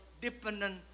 dependent